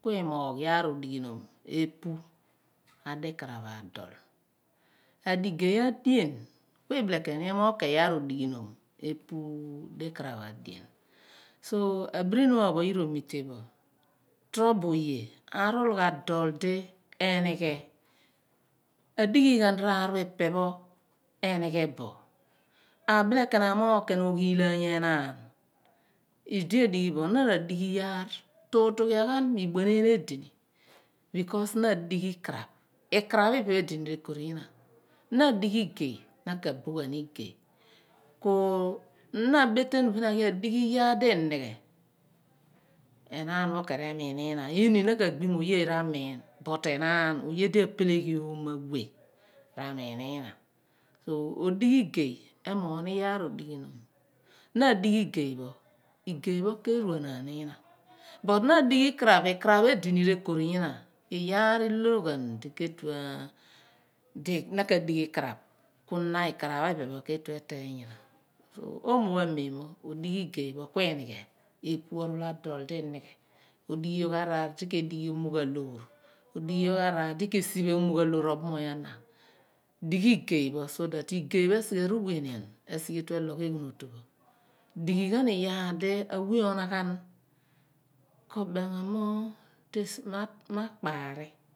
Kui imoogh yaar odighinom epu di kraph adul adigey a dien kui nighe keni epu di krap adul so amirini pho yira amilebo tro trobo oye arul ghan dol d enighe odighi ghan rarar o epe pho enighebo abile ken moor oghilaanu enaan idi edighibo oye ra dighi iyaar a lehe mi bue naan edini because nadighi kraphi pepho edini rekorina na dighi igey naka bughani igey na betenu bin a gril radishi iyaar idi inghe enaan pho ken re miniyina muno oye re meen pu oyedi ra peleghion oye enaan pho remini yina odighi igey emoogh ni iyaar odighinom na dighi igeypo igey pho ke ruaniyina kuna dighi ikraph ikraph edini re koriyina iyaar iloghan dinadighi ikraph kui na ikraphi pepho kue tue eteeny yina omopha memo odi igeypho kui inighe epu oril adol di enighe omophamemo odighi yogh ararar ana dighi igey so that igey etue esighe rugheneen etu engno yina dighi ghan iyaar di aweh oneghan kobem mo akparigh